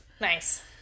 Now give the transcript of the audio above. nice